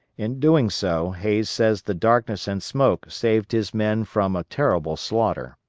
in doing so hays says the darkness and smoke saved his men from a terrible slaughter.